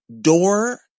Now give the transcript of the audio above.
door